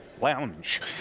lounge